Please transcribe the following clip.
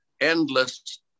endless